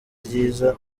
ryiza